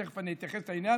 ותכף אתייחס לעניין,